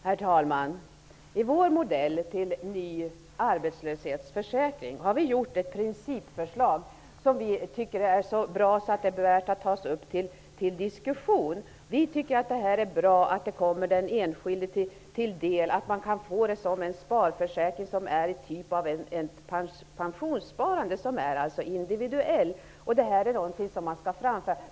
Herr talman! I vår modell till ny arbetslöshetsförsäkring har vi gjort ett principförslag, som vi tycker är så bra att det är värt att tas upp till diskussion. Vi tycker att det är bra att det kommer den enskilde till del genom att man kan få en sparförsäkring som är av samma typ som ett pensionssparande, vilket är individuellt. Detta är något som skall framföras.